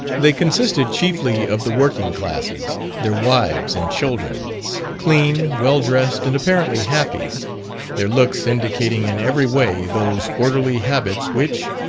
they consisted chiefly of the working classes, their wives and children clean, well-dressed and apparently happy their looks indicating in every way those orderly habits which,